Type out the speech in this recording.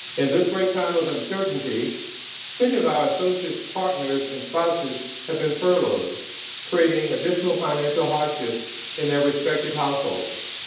and this great time of uncertainty many of our associates' partners and spouses have been furloughed creating additional financial hardships in their respective households.